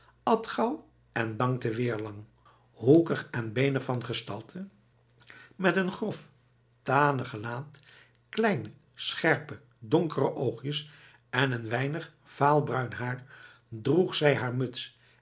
at gauw en dankte weer lang hoekig en beenig van gestalte met een grof tanig gelaat kleine scherpe donkere oogjes en een weinig vaalbruin haar droeg zij haar muts